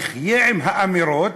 נחיה עם האמירות,